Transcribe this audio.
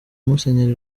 musenyeri